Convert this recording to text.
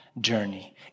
journey